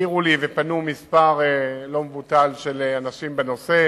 העירו לי ופנו מספר לא מבוטל של אנשים בנושא.